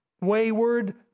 wayward